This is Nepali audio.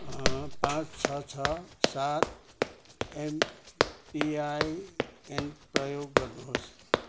पाँच छ छ सात एमपिआइएन प्रयोग गर्नुहोस्